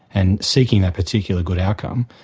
and seeking a particular good outcome,